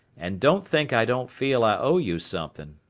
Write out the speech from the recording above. and don't think i don't feel i owe you something.